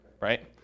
right